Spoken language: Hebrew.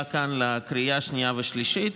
ומגיעה כאן לקריאה שנייה ושלישית,